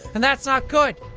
and that's not good.